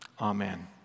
Amen